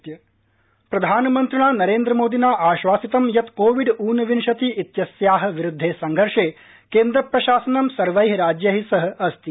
PM CM उपवेशनम् प्रधानमन्त्रिणा नरेन्द्र मोदिना आश्वासितं यत कोविड ऊनविंशति इत्यस्याः विरुद्वे संघर्षे केन्द्र प्रशासनं सर्वैः राज्यैः सह अस्ति